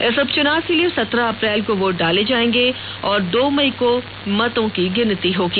इस उपचुनाव के लिए सत्रह अप्रैल को वोट डाले जाएंगे और दो मई को मतों की गिनती होगी